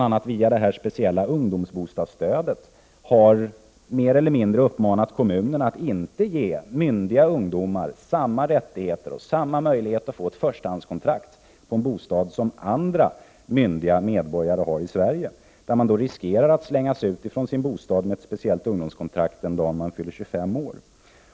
Genom det speciella ungdomsbostadsstödet har man bl.a. mer eller mindre uppmanat kommunerna att inte ge myndiga ungdomar samma rättigheter och samma möjlighet att få ett förstahandskontrakt på en bostad som andra medborgare har. De riskerar då att slängas ut från sin bostad med speciellt ungdomskontrakt den dag de fyller 25 år.